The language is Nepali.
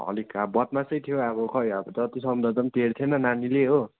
अलिक अब बदमासै थियो अब खै जति सम्झाउँदा नि टेर्थ्येन नानीले हो